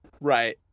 Right